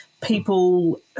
people